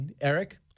Eric